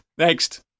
Next